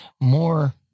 more